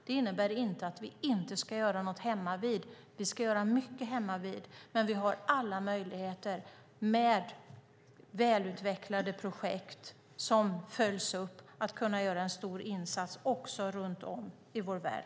Det innebär inte att vi inte ska göra något hemmavid - vi ska göra mycket hemmavid - men med stora projekt som följs upp har vi alla möjligheter att göra en stor insats också runt om i vår värld.